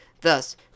Thus